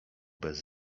bez